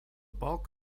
bulk